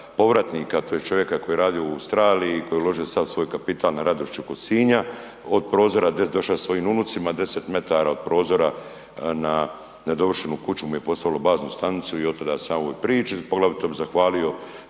povratnika tj. čovjeka koji je radio u Australiji i koji je uložio sav svoj kapital na Radošću kod Sinja. Od prozora … svojim unucima 10 metara od prozora na nedovršenu kuću mu je postavilo baznu stanicu i od tada sam ja u ovoj priči. Poglavito bih zahvalio